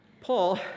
Paul